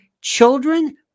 children